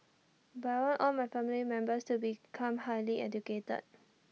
but I want all my family members to become highly educated